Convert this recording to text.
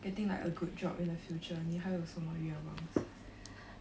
getting like a good job in the future 你还有什么愿望 sia